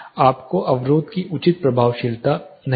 आपको अवरोध की उचित प्रभावशीलता नहीं होगी